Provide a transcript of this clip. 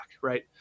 Right